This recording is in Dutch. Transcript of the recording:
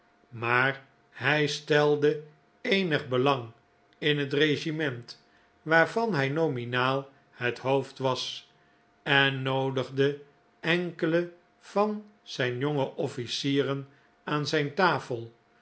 maar hij stelde eenig belang in het regiment waarvan hij nominaal het hoofd was en noodigde enkele van zijn jonge officieren aan zijn tafel